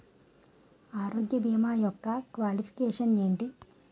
ఆరోగ్య భీమా యెక్క క్వాలిఫికేషన్ ఎంటి?